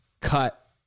cut